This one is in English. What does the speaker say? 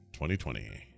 2020